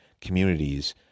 communities